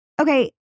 okay